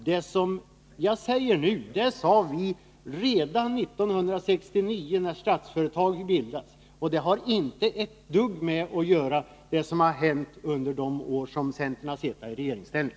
Det jag säger nu sade vi redan 1969, när Statsföretag bildades, och det har inte ett dugg att göra med vad som hänt under de år som centern suttit i regeringsställning.